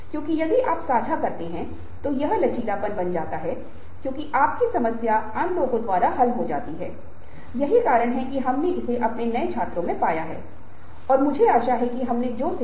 तो इसका उत्तर यह है कि यदि कोई काम करने की इच्छा रखता है तो आप काम करेंगे और वह वही है जो आत्म प्रेरणा है और आप बिना किसी अड़चन सहयोगियों का असहयोग संसाधनों की कमी के संकेत दिए बिना लक्ष्य पूरा करने के तरीके और साधन प्राप्त करेंगे